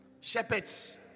Shepherds